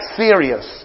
serious